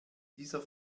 dieser